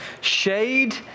Shade